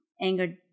Anger